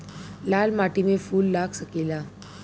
लाल माटी में फूल लाग सकेला?